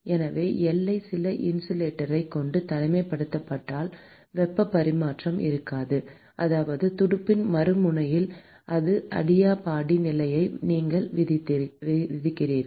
எனவே எல்லை சில இன்சுலேட்டரைக் கொண்டு தனிமைப்படுத்தப்பட்டால் வெப்பப் பரிமாற்றம் இருக்காது அதாவது துடுப்பின் மறுமுனையில் ஒரு அடியாபாடிக் நிலையை நீங்கள் விதிக்கிறீர்கள்